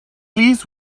least